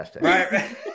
Right